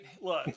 Look